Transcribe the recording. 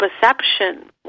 perception